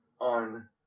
on